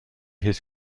his